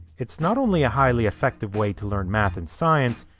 it's not only a highly effective way to learn math and science,